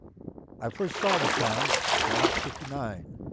i first saw the town from route fifty nine,